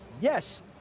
Yes